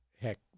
heck